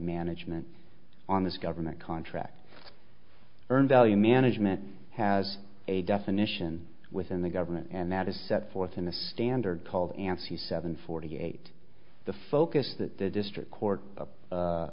management on this government contract earned value management has a definition within the government and that is set forth in the standard called ansi seven forty eight the focus that the district court